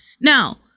Now